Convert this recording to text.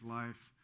life